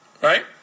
Right